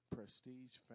prestige